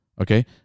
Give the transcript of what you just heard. Okay